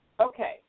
Okay